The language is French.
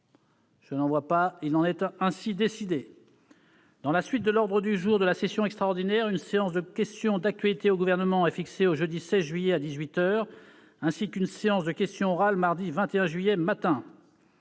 observations ?... Il en est ainsi décidé. Dans la suite de l'ordre du jour de la session extraordinaire, une séance de questions d'actualité au Gouvernement est fixée au jeudi 16 juillet, à dix-huit heures, ainsi qu'une séance de questions orales mardi 21 juillet matin.